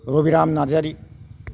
Rabiram Narzary